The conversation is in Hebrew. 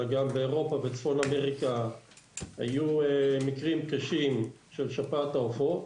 אלא גם באירופה ובצפון אמריקה היו מקרים קשים של שפעת העופות.